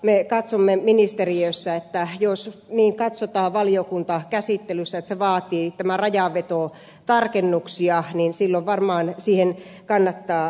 me katsomme ministeriössä että jos niin katsotaan valiokuntakäsittelyssä että tämä rajanveto vaatii tarkennuksia niin silloin varmaan siihen kannattaa mennä